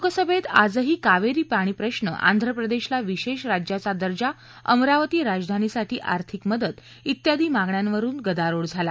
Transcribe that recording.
लोकसभेत आजही कावेरी पाणी प्रश्न आंध्र प्रदेशला विशेष राज्याचा दर्जा अमरावती राजधानीसाठी आर्थिक मदत इत्यादी मागण्यावरुन गदारोळ झाला